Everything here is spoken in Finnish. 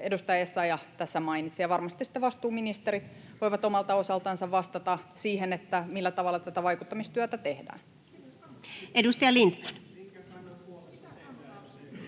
edustaja Essayah tässä mainitsi, ja varmasti vastuuministerit voivat omalta osaltansa vastata siihen, millä tavalla tätä vaikuttamistyötä tehdään. [Ben